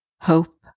hope